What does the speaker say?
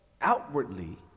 outwardly